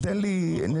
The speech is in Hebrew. תן לי נתונים.